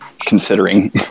considering